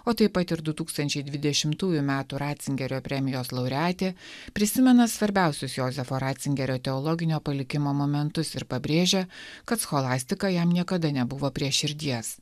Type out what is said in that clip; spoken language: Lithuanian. o taip pat ir du tūkstančiai dvidešimtųjų metų ratzingerio premijos laureatė prisimena svarbiausius jozefo ratzingerio teologinio palikimo momentus ir pabrėžia kad scholastika jam niekada nebuvo prie širdies